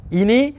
ini